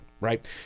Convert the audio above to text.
right